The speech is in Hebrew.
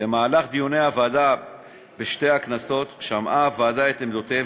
במהלך דיוני הוועדה בשתי הכנסות שמעה הוועדה את עמדותיהם